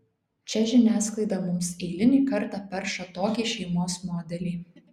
čia žiniasklaida mums eilinį kartą perša tokį šeimos modelį